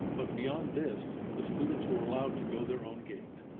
but beyond this the students were allowed to go their own gait.